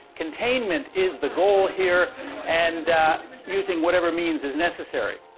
containment is the goal here and using whatever means is necessary